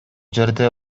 жерде